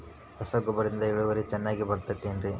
ರಸಗೊಬ್ಬರದಿಂದ ಇಳುವರಿ ಚೆನ್ನಾಗಿ ಬರುತ್ತೆ ಏನ್ರಿ?